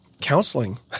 counseling